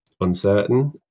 uncertain